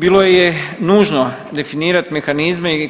Bilo je nužno definirat mehanizme i